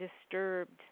disturbed